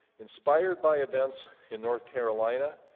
inspired by events in north carolina,